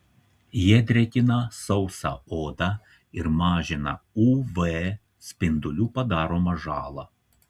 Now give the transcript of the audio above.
jie drėkina sausą odą ir mažina uv spindulių padaromą žalą